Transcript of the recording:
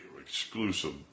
exclusive